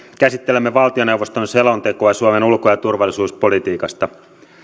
käsittelemme valtioneuvoston selontekoa suomen ulko ja turvallisuuspolitiikasta